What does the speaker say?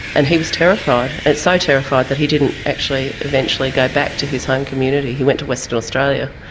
and he was terrified. so terrified that he didn't actually eventually go back to his home community. he went to western australia.